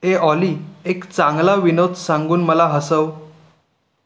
ए Ollie एक चांगला विनोद सांगून मला हसव